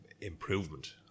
improvement